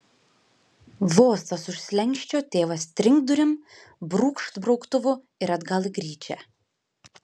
vos tas už slenksčio tėvas trinkt durim brūkšt brauktuvu ir atgal į gryčią